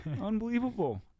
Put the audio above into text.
Unbelievable